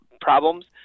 problems